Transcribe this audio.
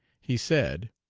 he said